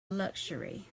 luxury